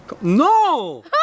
no